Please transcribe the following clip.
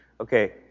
Okay